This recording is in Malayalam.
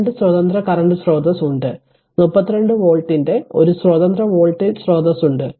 2 സ്വതന്ത്ര കറന്റ് സ്രോതസ് ഉണ്ട് 32 വോൾട്ടിന്റെ ഒരു സ്വതന്ത്ര വോൾട്ടേജ് സ്രോതസ് ഉണ്ട്